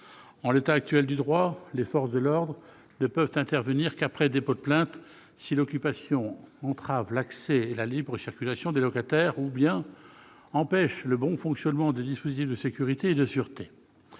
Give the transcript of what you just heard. En l'état actuel du droit, les forces de l'ordre ne peuvent intervenir qu'après dépôt de plainte, si l'occupation entrave l'accès et la libre circulation des locataires ou empêche le bon fonctionnement des dispositifs de sécurité et de sûreté.